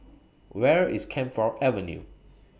Where IS Camphor Avenue